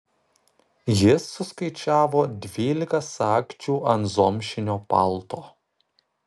jis suskaičiavo dvylika sagčių ant zomšinio palto